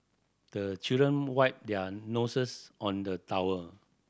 the children wipe their noses on the towel